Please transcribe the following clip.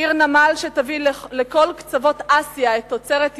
עיר נמל, שתביא לכל קצוות אסיה את תוצרת ישראל,